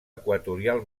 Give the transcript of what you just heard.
equatorial